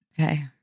Okay